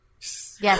yes